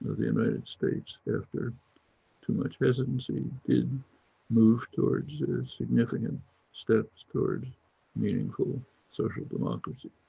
ah the united states after too much hesitancy did move towards significant steps towards meaningful social democracy.